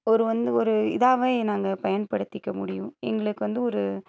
ஒரு வந்து ஒரு இதாகவே நாங்கள் பயன்படுத்திக்க முடியும் எங்களுக்கு வந்து ஒரு